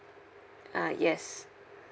uh yes